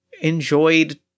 enjoyed